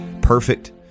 perfect